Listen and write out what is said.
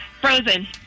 Frozen